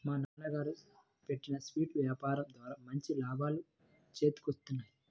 మా నాన్నగారు పెట్టిన స్వీట్ల యాపారం ద్వారా మంచి లాభాలు చేతికొత్తన్నాయి